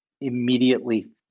immediately